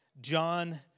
John